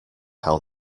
how